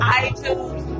iTunes